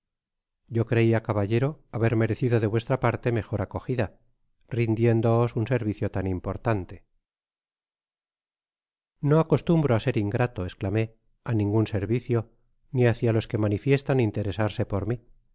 yo creia caballero haber merecido de vuestra parte mejor acogida rindiéndoos un servicio tan importante no acostumbro á ser ingrato esclamó á ningun servicio ni hácia los que manifiestan interesarse por mi